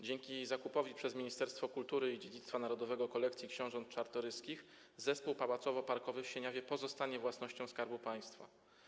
Dzięki zakupowi przez Ministerstwo Kultury i Dziedzictwa Narodowego kolekcji książąt Czartoryskich zespół pałacowo-parkowy w Sieniawie pozostanie własnością Skarbu Państwa.